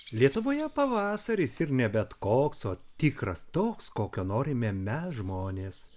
lietuvoje pavasaris ir ne bet koks o tikras toks kokio norime mes žmonės